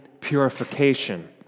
purification